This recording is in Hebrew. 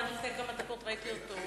עד לפני כמה דקות ראיתי אותו.